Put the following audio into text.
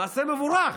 מעשה מבורך.